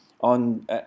on